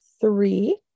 three